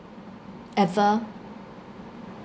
ever